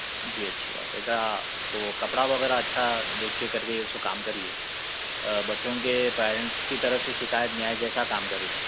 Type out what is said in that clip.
جی اچھی بات ہے ذرا وہ کپڑا وغیرہ اچھا دیکھ کے کٹ گئے سو کام کریئے بچوں کے پیرنٹس کی طرف سے شکایت نہیں آئے جیسا کام کریئے